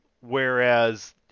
whereas